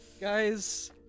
Guys